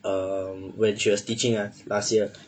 um when she was teaching us last year